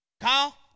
Kyle